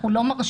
אנחנו לא מרשים.